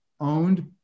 owned